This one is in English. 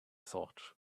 thought